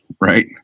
right